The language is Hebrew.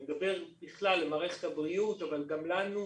אני מדבר בכלל על מערכת הבריאות אבל גם עלינו,